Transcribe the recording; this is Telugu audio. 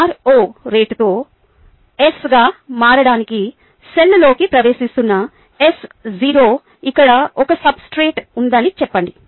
r0 రేటుతో S గా మారడానికి సెల్లోకి ప్రవేశిస్తున్న S0 ఇక్కడ ఒక సబ్స్ట్రేట్ ఉందని చెప్పండి